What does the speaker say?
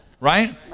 Right